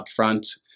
upfront